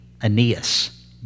Aeneas